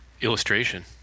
Illustration